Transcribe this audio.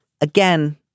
Again